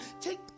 Take